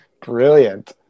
Brilliant